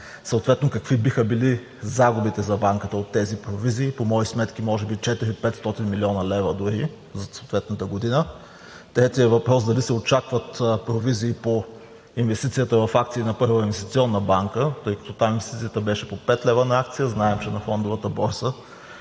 какви биха били загубите за Банката от тези провизии? По мои сметки може би 400 – 500 млн. лв. дори за съответната година. Третият въпрос – дали се очакват провизии по инвестицията в акции на Първа инвестиционна банка, тъй като там инвестицията беше по 5 лв. на акция, знаем, че на Фондовата борса